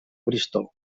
bristol